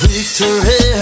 Victory